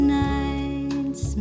nights